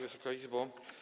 Wysoka Izbo!